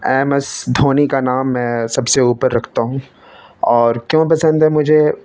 M S Dhoni کا نام میں سب سے اوپر رکھتا ہوں اور کیوں پسند ہے مجھے